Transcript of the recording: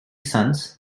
sons